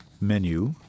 menu